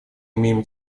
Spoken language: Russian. имеем